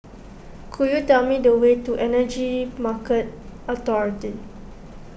could you tell me the way to Energy Market Authority